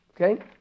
Okay